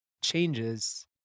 changes